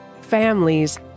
families